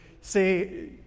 say